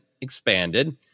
expanded